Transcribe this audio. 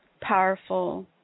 powerful